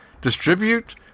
distribute